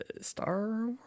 Star